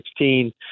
2016